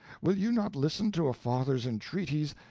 will you not listen to a father's entreaties,